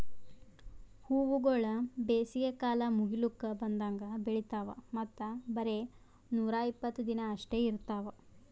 ಹೂವುಗೊಳ್ ಬೇಸಿಗೆ ಕಾಲ ಮುಗಿಲುಕ್ ಬಂದಂಗ್ ಬೆಳಿತಾವ್ ಮತ್ತ ಬರೇ ನೂರಾ ಇಪ್ಪತ್ತು ದಿನ ಅಷ್ಟೆ ಇರ್ತಾವ್